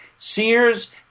Sears